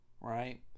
right